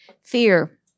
Fear